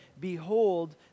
behold